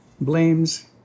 blames